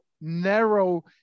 narrow